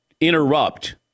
interrupt